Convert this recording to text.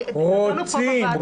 רוצים.